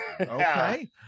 Okay